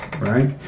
Right